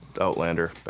outlander